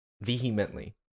Vehemently